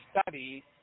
study